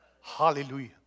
Hallelujah